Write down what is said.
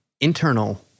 internal